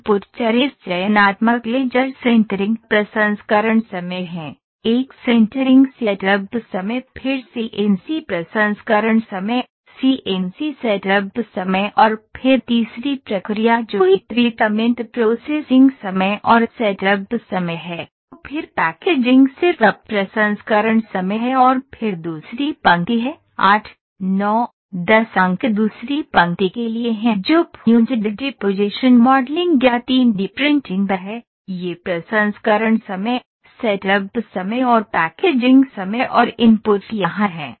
input चर इस चयनात्मक लेजर सिंटरिंग प्रसंस्करण समय हैं एक सिंटरिंग सेटअप समय फिर सीएनसी प्रसंस्करण समय सीएनसी सेटअप समय और फिर तीसरी प्रक्रिया जो हीट ट्रीटमेंट प्रोसेसिंग समय और सेटअप समय है फिर पैकेजिंग सिर्फ प्रसंस्करण समय है और फिर दूसरी पंक्ति है 8 9 10 अंक दूसरी पंक्ति के लिए हैं जो फ्यूज्ड डिपोजिशन मॉडलिंग या 3 डी प्रिंटिंग है यह प्रसंस्करण समय सेटअप समय और पैकेजिंग समय और इनपुट यहां हैं